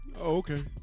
okay